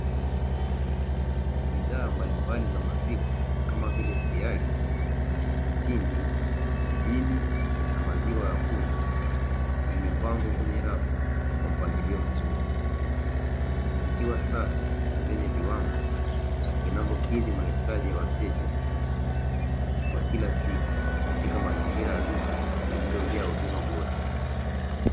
Bidhaa mbalimbali za maziwa, kama vile: siagi, mtindi, jibini na maziwa ya kunywa, zimepangwa kwenye rafu kwa mpangilio mzuri, zikiwa safi na viwango vinavyokidhi mahitaji ya wateja wa kila siku katika mazingira ya duka lililojaa huduma bora.